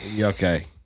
Okay